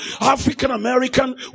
African-American